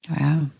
Wow